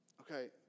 Okay